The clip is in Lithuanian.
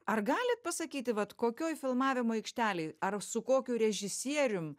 ar galit pasakyti vat kokioj filmavimo aikštelėj ar su kokiu režisierium